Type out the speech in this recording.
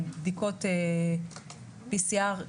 בדיקות PCR,